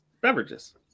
beverages